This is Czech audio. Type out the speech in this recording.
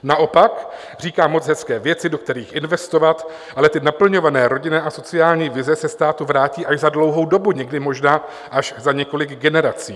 Naopak, říká moc hezké věci, do kterých investovat, ale ty naplňované rodinné a sociální vize se státu vrátí až za dlouhou dobu, někdy možná až za několik generací.